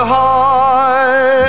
high